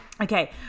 Okay